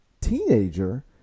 teenager